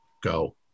go